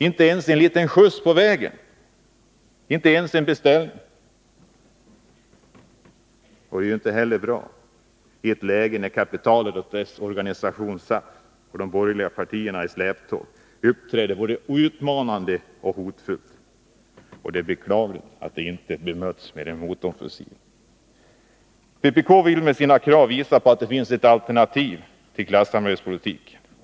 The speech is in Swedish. Inte ens en liten skjuts på vägen, inte ens en beställning, och det är ju inte bra heller i ett läge när kapitalet och dess organisation SAF med de borgerliga partierna i släptåg uppträder både utmanande och hotfullt. Det är beklagligt att det inte bemötts med en motoffensiv. Vpk vill med sina krav visa på att det finns ett alternativ till klassamarbetspolitiken.